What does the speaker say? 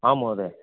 आम् महोदय